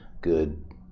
good